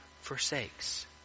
forsakes